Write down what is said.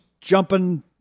jumping